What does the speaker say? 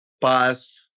Pass